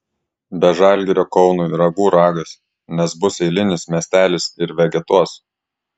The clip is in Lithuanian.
be žalgirio kaunui ragų ragas nes bus eilinis miestelis ir vegetuos